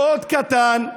מאוד קטן,